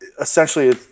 essentially